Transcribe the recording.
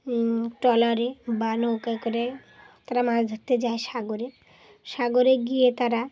ট্রলারে বা নৌকা করে তারা মাছ ধরতে যায় সাগরে সাগরে গিয়ে তারা